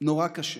נורא קשה,